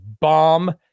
bomb